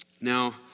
Now